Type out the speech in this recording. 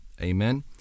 amen